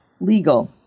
legal